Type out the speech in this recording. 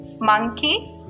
monkey